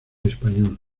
español